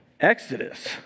Exodus